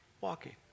Walking